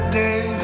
day